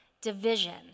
division